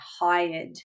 hired